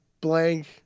blank